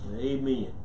Amen